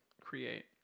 create